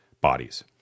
bodies